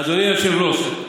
אדוני היושב-ראש,